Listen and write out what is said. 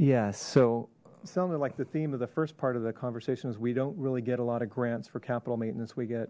sounded like the theme of the first part of the conversations we don't really get a lot of grants for capital maintenance we get